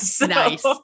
nice